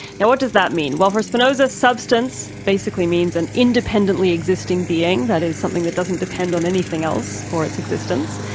now what does that mean? well for spinoza, substance basically means an independently existing being, that is something that doesn't depend on anything else for its existence,